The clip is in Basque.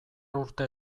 urte